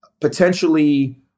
potentially